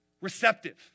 receptive